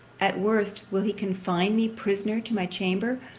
at worst, will he confine me prisoner to my chamber?